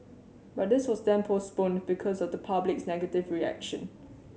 but this was then postponed because of the public's negative reaction